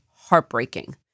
heartbreaking